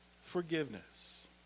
forgiveness